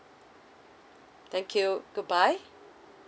thank you goodbye